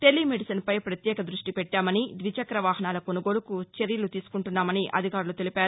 tele మెడిసిన్పై ప్రత్యేక దృష్టి పెట్టామని ద్విచక్ర వాహనాల కొనుగోలుకు చర్యలు తీసుకుంటున్నామని అధికారులు తెలిపారు